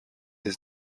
his